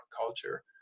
culture